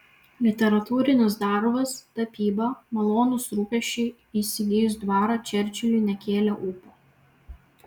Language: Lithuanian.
literatūrinis darbas tapyba malonūs rūpesčiai įsigijus dvarą čerčiliui nekėlė ūpo